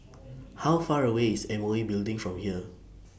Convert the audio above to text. How Far away IS M O E Building from here